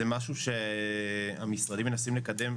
זה משהו שמהמשרדים מנסים לקדם,